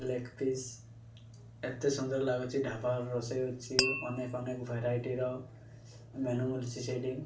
leg piece ଏତେ ସୁନ୍ଦର ଲାଗୁଛି ଢାପାର ରୋଷେଇ ହେଉଛି ଅନେକ ଅନେକ ଭେରାଇଟିର ମେନ୍ୟୁ ମିଳୁଛି ସେଇଠି